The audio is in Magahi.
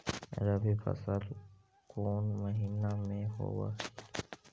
रबी फसल कोन महिना में होब हई?